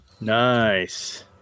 nice